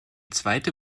zweite